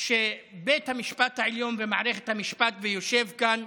שבית המשפט העליון ומערכת המשפט, ויושב כאן